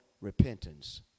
Repentance